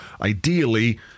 Ideally